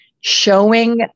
showing